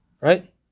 Right